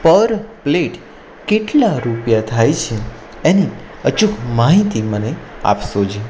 પર પ્લેટ કેટલા રૂપિયા થાય છે એની અચૂક માહિતી મને આપશો જી